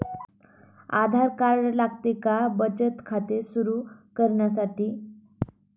आधार card लागते का बचत खाते सुरू करण्यासाठी?